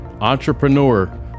entrepreneur